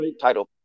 title